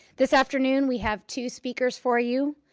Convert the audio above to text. this afternoon we have two speakers for you.